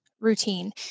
routine